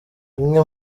bimwe